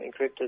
encrypted